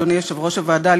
אדוני יושב-ראש הוועדה,